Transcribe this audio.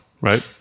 right